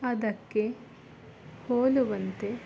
ಅದಕ್ಕೆ ಹೋಲುವಂತೆ